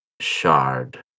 shard